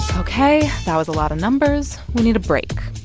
ok. that was a lot of numbers. we need a break.